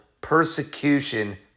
persecution